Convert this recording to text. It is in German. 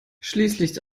schließlich